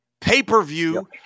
pay-per-view